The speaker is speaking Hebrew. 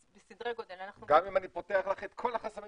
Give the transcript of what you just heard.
גם אם אני פותח לך את כל החסמים?